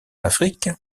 afrique